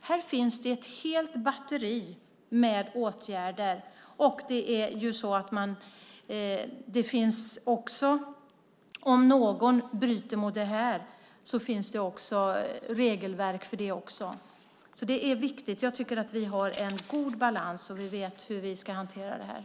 Här finns ett helt batteri med åtgärder, och om någon bryter mot det finns det regelverk också för det. Jag tycker alltså att vi har en god balans och vet hur vi ska hantera detta.